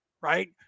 Right